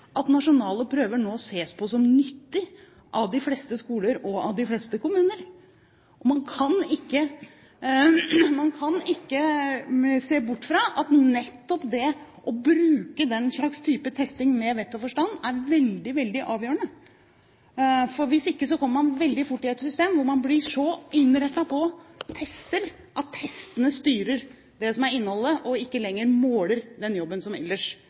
at nasjonale prøver nå ses på som nyttig av de fleste skoler og av de fleste kommuner. Man kan ikke se bort fra at nettopp det å bruke den slags type testing med vett og forstand, er veldig, veldig avgjørende. Hvis ikke, kommer man veldig fort inn i et system hvor man blir så innrettet på tester – at testene styrer innholdet – at man ikke lenger måler den jobben som ellers